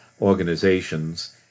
organizations